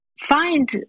find